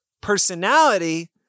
personality